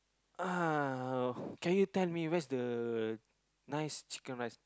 uh can you tell me where's the nice chicken-rice